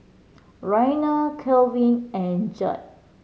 Raina Calvin and Judd